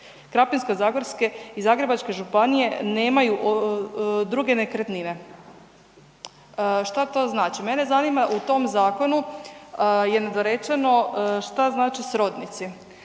Krapinsko-zagorske i Zagrebačke županije nemaju druge nekretnine.“ Šta to znači? Mene zanima u tom zakonu je nedorečeno šta znači srodnici?